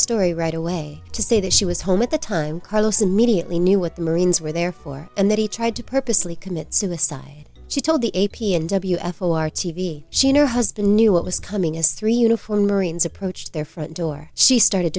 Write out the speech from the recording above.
story right away to say that she was home at the time carlos immediately knew what the marines were there for and that he tried to purposely commit suicide she told the a p and w f o r t v she and her husband knew what was coming as three uniformed marines approached their front door she started